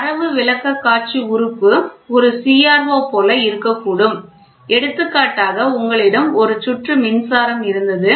தரவு விளக்கக்காட்சி உறுப்பு ஒரு CRO போல இருக்கக்கூடும் எடுத்துக்காட்டாக உங்களிடம் ஒரு சுற்று மின்சாரம் இருந்தது